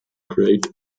create